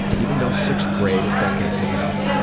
even though sixth grade is decades ago,